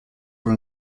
were